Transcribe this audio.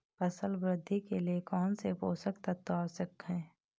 फसल वृद्धि के लिए कौनसे पोषक तत्व आवश्यक हैं?